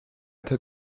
took